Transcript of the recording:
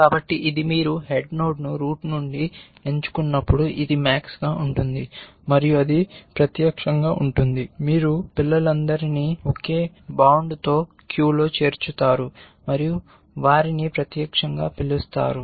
కాబట్టి ఇది మీరు హెడ్ నోడ్ను రూట్ నుండి ఎంచుకున్నప్పుడు ఇది max గా ఉంటుంది మరియు అది ప్రత్యక్షంగా ఉంటుంది మీరు చైల్డ్ నోడ్స్ అన్నిటినిఒకే బౌండ్తో క్యూలో చేర్చుతారు మరియు వారిని ప్రత్యక్షంగా పిలుస్తారు